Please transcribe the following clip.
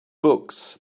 books